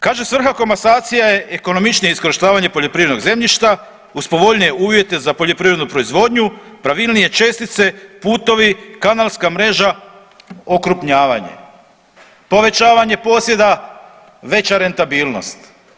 Kaže svrha komasacije je ekonomičnije iskorištavanje poljoprivrednog zemljišta uz povoljnije uvjete za poljoprivrednu proizvodnju, pravilnije čestice, putovi, kanalska mreža, okrupnjavanje, povećanje posjeda veća rentabilnost.